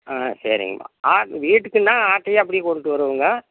ஆ சரிங்கம்மா ஆட் வீட்டுக்குன்னா ஆட்டையே அப்படியே கொண்டுட்டு வருவோங்க